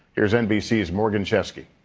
here is nbc's morgan chesky.